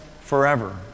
forever